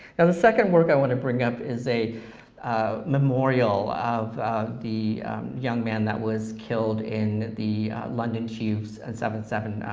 and the second work i wanna bring up is a memorial of the young man that was killed in the london tubes on and seven seven,